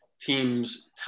teams